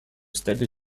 steady